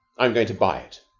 i am going to buy it.